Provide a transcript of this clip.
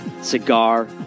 Cigar